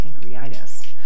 pancreatitis